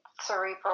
cerebral